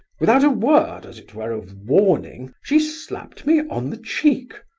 without a word, as it were, of warning, she slapped me on the cheek!